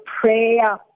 prayer